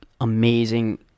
amazing